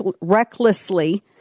recklessly